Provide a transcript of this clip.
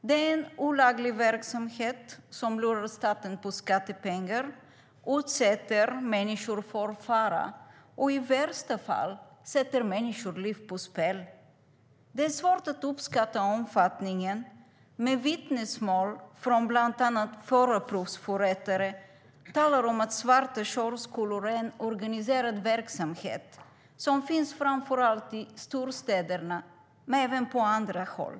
Det är en olaglig verksamhet som lurar staten på skattepengar, utsätter människor för fara och i värsta fall sätter människoliv på spel. Det är svårt att uppskatta omfattningen, men vittnesmål från bland andra förarprovsförrättare talar om att svarta körskolor är en organiserad verksamhet som framför allt finns i storstäderna men även på andra håll.